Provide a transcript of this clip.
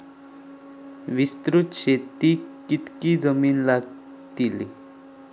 विस्तृत शेतीक कितकी जमीन लागतली?